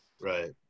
right